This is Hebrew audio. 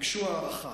ביקשו הארכה.